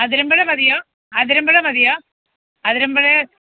അതിരമ്പുഴ മതിയോ അതിരമ്പുഴ മതിയോ അതിരമ്പുഴയിൽ